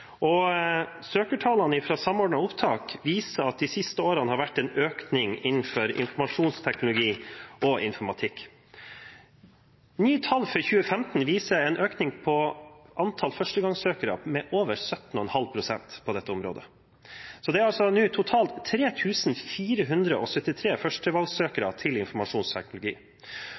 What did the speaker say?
de siste årene har vært en økning innenfor informasjonsteknologi og informatikk. Nye tall for 2015 viser en økning i antall førstegangssøkere med over 17,5 pst. på dette området, så det er altså nå totalt